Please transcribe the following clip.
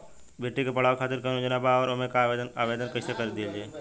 बेटी के पढ़ावें खातिर कौन योजना बा और ओ मे आवेदन कैसे दिहल जायी?